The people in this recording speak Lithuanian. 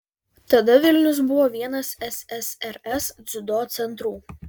tada vilnius buvo vienas ssrs dziudo centrų